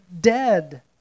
dead